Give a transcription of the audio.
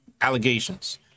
Allegations